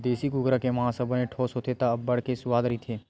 देसी कुकरा के मांस ह बने ठोस होथे त अब्बड़ के सुवाद रहिथे